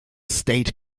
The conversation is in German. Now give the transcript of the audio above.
state